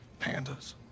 Pandas